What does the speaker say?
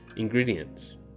Ingredients